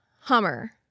Hummer